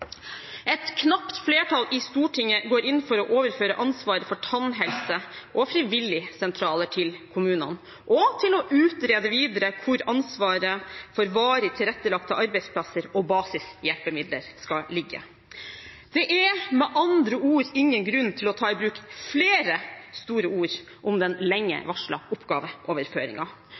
Et knapt flertall i Stortinget går inn for å overføre ansvaret for tannhelse og frivilligsentraler til kommunene og for å utrede videre hvor ansvaret for varig tilrettelagte arbeidsplasser og basishjelpemidler skal ligge. Det er med andre ord ingen grunn til å ta i bruk flere store ord om den